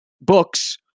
books